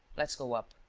let's go up.